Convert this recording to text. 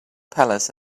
palace